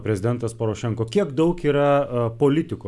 prezidentas porošenka kiek daug yra politikų